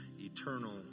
eternal